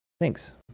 Thanks